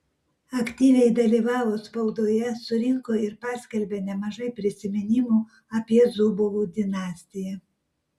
aktyviai dalyvavo spaudoje surinko ir paskelbė nemažai prisiminimų apie zubovų dinastiją